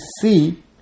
see